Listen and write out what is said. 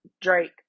Drake